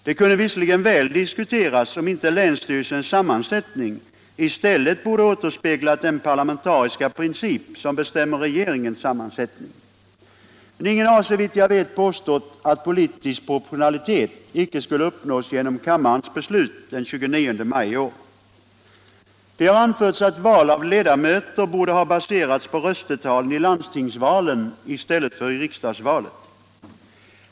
Det kunde visserligen diskuteras om inte länsstyrelsernas sammansättning i stället borde återspegla den parlamentariska princip som bestämmer regeringens sammansättning, men ingen har såvitt jag vet påstått att politisk proportionalitet inte skulle uppnås genom kammarens beslut den 29 maj i år. Det har anförts att val av ledamöter borde ha baserats på röstetalen i landstingsvalen i stället för på röstetalen i riksdagsvalet.